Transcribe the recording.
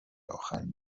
آخرین